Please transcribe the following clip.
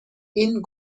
این